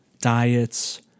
diets